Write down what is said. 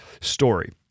story